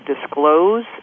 disclose